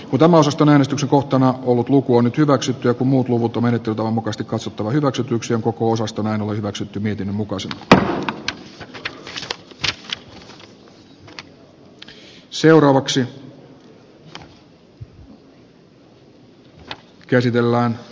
itämaosaston äänestyskohtana ovat luku nyt hyväksyttyä muutu menettelytavan mukaista katsottava hyväksytyksi on koko osasto hannu hyväksytty mietinnön mukaiset edut lopuksi päätetään epäluottamuslause ehdotuksista